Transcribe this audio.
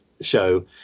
show